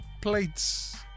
plates